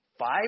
Five